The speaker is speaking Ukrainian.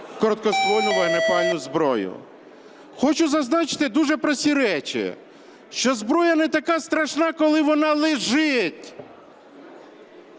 короткоствольну вогнепальну зброю. Хочу зазначити дуже прості речі, що зброя не така страшна, коли вона лежить